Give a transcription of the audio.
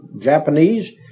Japanese